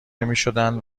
میشدند